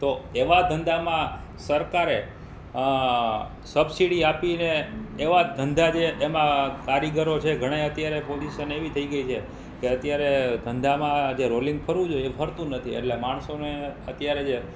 તો એવા ધંધામાં સરકારે શબસીડી આપીને એવા જ ધંધા જે એમાં કારીગરો છે ઘણાય અત્યારે પોજીસન એવી થઈ ગઈ છે કે અત્યારે ધંધામાં આજે રોલિંગ ફરવું જોઈએ એ ફરતું નથી એટલે માણસોને અત્યારે જે